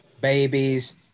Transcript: babies